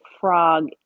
frog